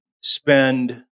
spend